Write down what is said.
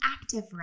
active